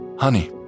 Honey